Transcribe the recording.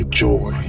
joy